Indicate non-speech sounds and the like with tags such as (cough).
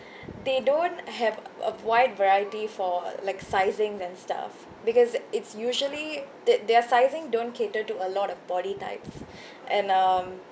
(breath) they don't have a wide variety for like sizing and stuff because it's usually the~ their sizing don't cater to a lot of body type (breath) and um